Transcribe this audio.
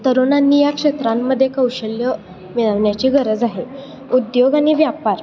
तरुणांनी या क्षेत्रांमध्ये कौशल्य मिळवण्याची गरज आहे उद्योग आणि व्यापार